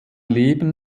leben